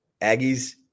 Aggies